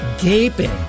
gaping